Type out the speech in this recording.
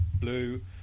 Blue